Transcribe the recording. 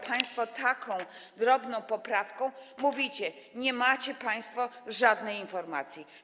Państwo w takiej drobnej poprawce mówicie: Nie macie państwo żadnej informacji.